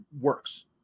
works